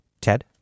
Ted